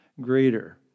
greater